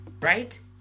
right